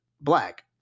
black